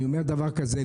אני אומר דבר כזה,